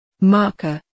Marker